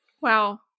Wow